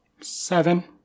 Seven